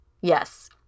Yes